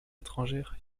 étrangères